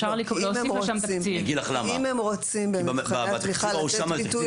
אפשר להוסיף לשם תקציב --- אם הם רוצים במבחני התמיכה לתת ביטוי